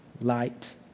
light